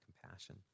compassion